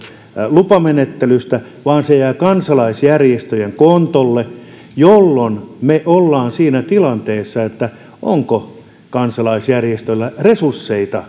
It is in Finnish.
lupamenettelystä vaan se jää kansalaisjärjestöjen kontolle jolloin me olemme siinä tilanteessa että mietimme onko kansalaisjärjestöillä resursseja